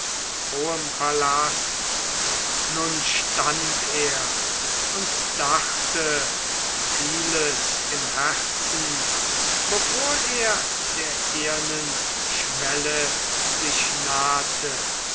hohem palast nun stand er und dachte vieles im herzen bevor er der ehernen schwelle sich nahte